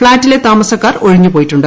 ഫ്ളാറ്റിലെ താമസക്കാർ ഒഴിഞ്ഞുപോയിട്ടുണ്ട്